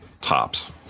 tops